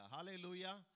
Hallelujah